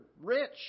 rich